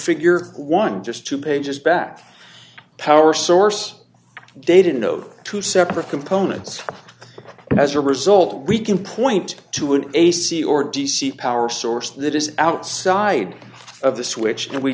figure one just two pages back power source data note two separate components and as a result we can point to an ac or d c power source that is outside of the switch and we